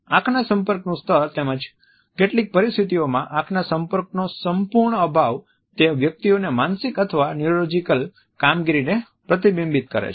આંખના સંપર્કનું સ્તર તેમજ કેટલીક પરિસ્થિતિઓમાં આંખના સંપર્કનો સંપૂર્ણ અભાવ તે વ્યક્તિઓને માનસિક અથવા ન્યુરોલોજીકલ કામગીરીને પ્રતિબિંબિત કરે છે